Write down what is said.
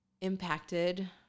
impacted